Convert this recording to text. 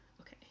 Okay